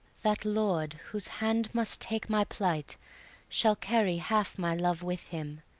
that lord whose hand must take my plight shall carry half my love with him,